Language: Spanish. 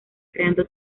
creando